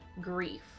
grief